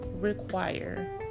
require